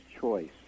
choice